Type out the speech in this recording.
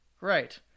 right